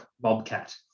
bobcat